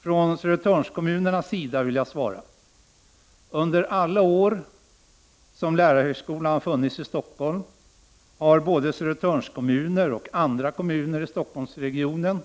Från Södertörnskommunernas sida vill jag svara: Under alla år som lärarhögskolan har funnits i Stockholm har både Södertörnskommunerna och andra kommuner i Stockholmsregionen